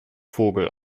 vogel